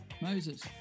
Moses